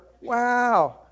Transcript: wow